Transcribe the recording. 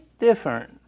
different